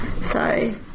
Sorry